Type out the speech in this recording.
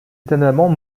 étonnamment